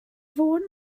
fôn